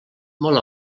molt